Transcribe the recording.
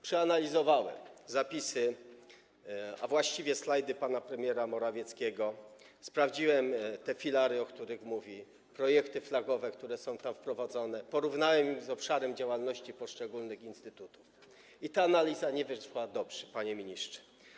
Przeanalizowałem zapisy, a właściwie slajdy pana premiera Morawieckiego, sprawdziłem filary, o których mówi, projekty flagowe, które są wprowadzane, porównałem z obszarem działalności poszczególnych instytutów i ta analiza nie wyszła dobrze, panie ministrze.